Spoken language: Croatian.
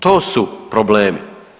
To su problemi.